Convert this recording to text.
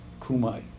kumai